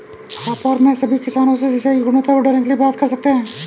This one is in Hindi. आप और मैं सभी किसानों से सिंचाई की गुणवत्ता बढ़ाने के लिए बात कर सकते हैं